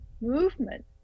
movement